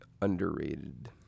underrated